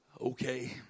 okay